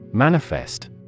Manifest